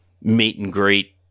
meet-and-greet